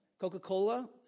Coca-Cola